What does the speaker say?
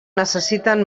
necessiten